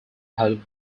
had